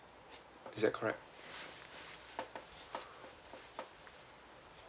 is that correct